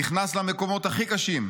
נכנס למקומות הכי קשים,